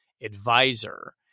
advisor